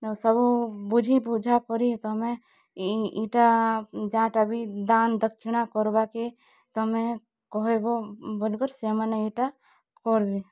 ସେଟା ସବୁ ବୁଝି ବୁଝା କରି ତମେ ଇଟା ଜାଁଟା ବି ଦାନ୍ ଦକ୍ଷିଣା କର୍ବାକେ ତମେ କହେବ ବୋଲିକରି ସେମାନେ ଇଟା କର୍ବେ